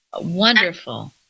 wonderful